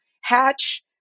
Hatch